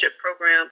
program